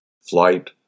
flight